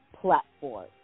platform